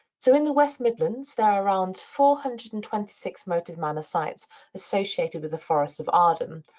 so in the west midlands, there are around four hundred and twenty six moated manor sites associated with the forest of arden.